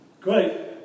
Great